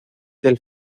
del